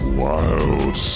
wild